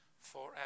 forever